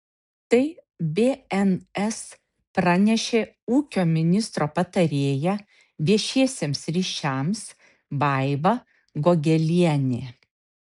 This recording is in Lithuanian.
tai bns pranešė ūkio ministro patarėja viešiesiems ryšiams vaiva gogelienė